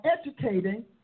educating